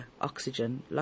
oxygen